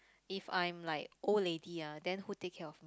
if I'm like old lady ah then who take care of